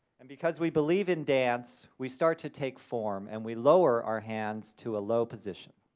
and because we believe in dance, we start to take form, and we lower our hands to a low position.